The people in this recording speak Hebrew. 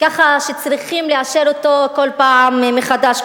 כך שצריכים לאשר אותו כל פעם מחדש,